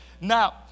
Now